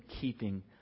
keeping